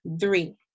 three